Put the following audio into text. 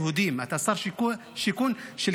אתה שר שיכון לא רק של היהודים,